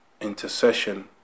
intercession